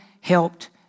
helped